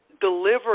deliver